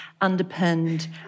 underpinned